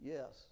Yes